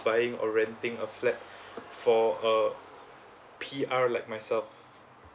buying or renting a flat so uh P_R like myself